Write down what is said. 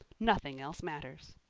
nothing else matters.